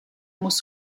muss